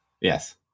Yes